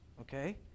okay